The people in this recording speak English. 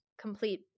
complete